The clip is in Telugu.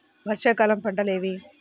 వర్షాకాలం పంటలు ఏవి?